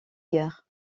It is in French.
guerre